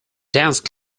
dance